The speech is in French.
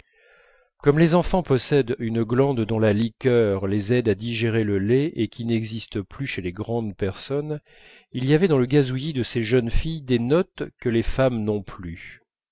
comme les enfants possèdent une glande dont la liqueur les aide à digérer le lait et qui n'existe plus chez les grandes personnes il y avait dans le gazouillis de ces jeunes filles des notes que les femmes n'ont plus